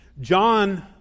John